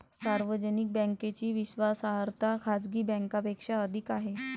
सार्वजनिक बँकेची विश्वासार्हता खाजगी बँकांपेक्षा अधिक आहे